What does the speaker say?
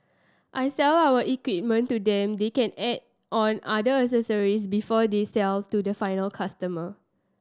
I sell our equipment to them they can add on other accessories before they sell to the final customer